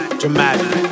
dramatic